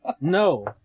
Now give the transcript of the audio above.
No